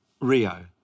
Rio